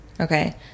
okay